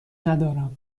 ندارم